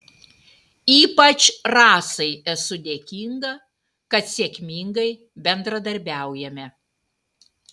ypač rasai esu dėkinga kad sėkmingai bendradarbiaujame